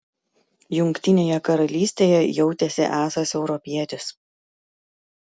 jungtinėje karalystėje jautėsi esąs europietis